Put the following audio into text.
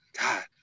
God